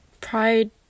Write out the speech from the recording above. Pride